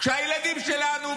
כשהילדים שלנו,